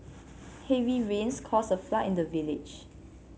heavy rains caused a flood in the village